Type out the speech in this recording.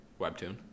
Webtoon